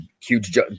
huge